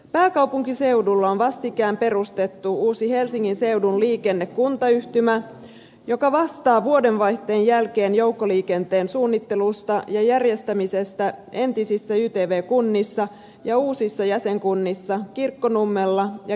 pääkaupunkiseudulla on vastikään perustettu uusi helsingin seudun liikennekuntayhtymä joka vastaa vuodenvaihteen jälkeen joukkoliikenteen suunnittelusta ja järjestämisestä entisissä ytv kunnissa ja uusissa jäsenkunnissa kirkkonummella ja keravalla